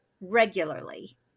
regularly